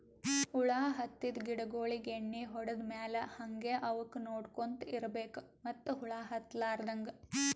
ಹುಳ ಹತ್ತಿದ್ ಗಿಡಗೋಳಿಗ್ ಎಣ್ಣಿ ಹೊಡದ್ ಮ್ಯಾಲ್ ಹಂಗೆ ಅವಕ್ಕ್ ನೋಡ್ಕೊಂತ್ ಇರ್ಬೆಕ್ ಮತ್ತ್ ಹುಳ ಹತ್ತಲಾರದಂಗ್